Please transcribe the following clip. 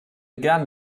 gern